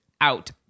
out